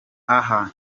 aha